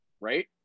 right